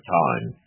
time